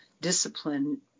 discipline